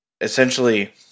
essentially –